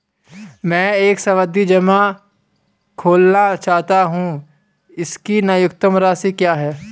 मैं एक सावधि जमा खोलना चाहता हूं इसकी न्यूनतम राशि क्या है?